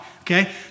okay